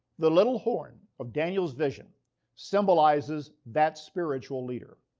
the little horn of daniel's vision symbolizes that spiritual leader.